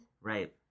Right